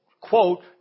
quote